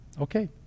Okay